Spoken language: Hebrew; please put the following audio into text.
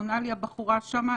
עונה לי הבחורה שם,